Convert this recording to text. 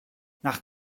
nach